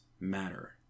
matter